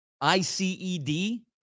I-C-E-D